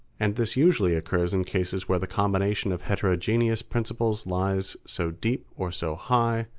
and this usually occurs in cases where the combination of heterogeneous principles lies so deep or so high,